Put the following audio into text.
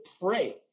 pray